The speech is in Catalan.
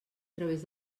través